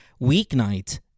weeknight